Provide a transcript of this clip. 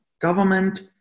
government